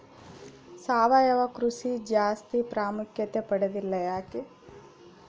ಸಾವಯವ ಕೃಷಿ ಜಾಸ್ತಿ ಪ್ರಾಮುಖ್ಯತೆ ಪಡೆದಿಲ್ಲ ಯಾಕೆ?